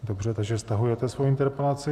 Dobře, takže stahujete svoji interpelaci.